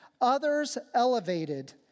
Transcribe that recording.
others-elevated